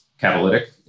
catalytic